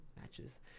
matches